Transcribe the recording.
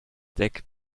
take